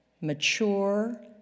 mature